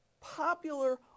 popular